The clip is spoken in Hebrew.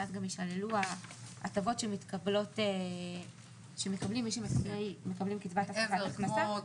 ואז גם יישללו ההטבות שמקבלים מי שמקבלים קצבת הבטחת הכנסה --- מעבר,